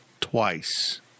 twice